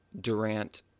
Durant